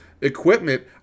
equipment